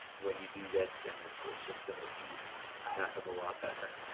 when you do this and it's it's just gonna be a heck of a lot better.